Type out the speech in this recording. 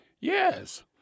Yes